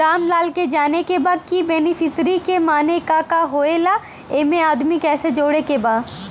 रामलाल के जाने के बा की बेनिफिसरी के माने का का होए ला एमे आदमी कैसे जोड़े के बा?